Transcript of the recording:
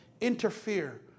interfere